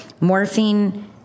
Morphine